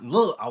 Look